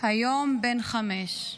היום בן חמש.